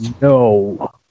no